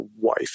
wife